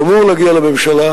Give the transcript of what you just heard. הוא אמור להגיע לממשלה,